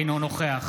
אינו נוכח